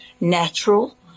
natural